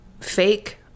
fake